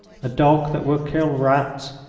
a dog that will kill rats,